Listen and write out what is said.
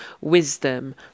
wisdom